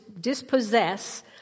dispossess